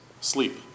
Sleep